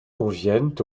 conviennent